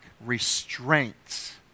restraints